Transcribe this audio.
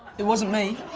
it wasn't me.